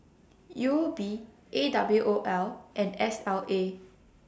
Uob A W O L and S L A